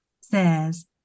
says